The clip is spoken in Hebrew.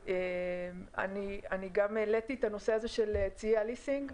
אני גם העליתי את הנושא של צי הליסינג,